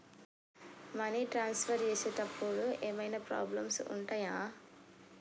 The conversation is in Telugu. మనీ ట్రాన్స్ఫర్ చేసేటప్పుడు ఏమైనా ప్రాబ్లమ్స్ ఉంటయా?